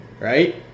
right